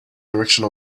direction